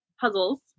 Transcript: Puzzles